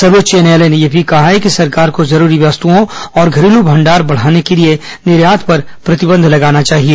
सर्वोच्च न्यायालय ने यह भी कहा कि सरकार को जरूरी वस्तुओं और घरेलू भंडार बढ़ाने के लिए निर्यात पर प्रतिबंध लगाना चाहिए